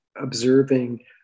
observing